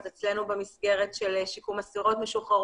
אז אצלנו במסגרת של שיקום אסירות משוחררות